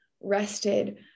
rested